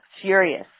furious